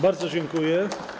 Bardzo dziękuję.